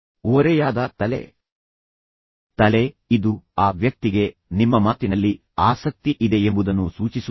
ಓರೆಯಾದ ತಲೆ ತಲೆ ಇದು ಆ ವ್ಯಕ್ತಿಗೆ ನಿಮ್ಮ ಮಾತಿನಲ್ಲಿ ಆಸಕ್ತಿ ಇದೆ ಎಂಬುದನ್ನು ಸೂಚಿಸುತ್ತದೆ